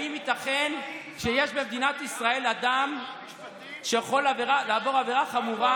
האם ייתכן שיש במדינת ישראל אדם שיכול לעבור עבירה חמורה,